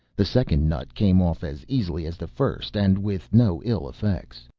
the second nut came off as easily as the first and with no ill effects.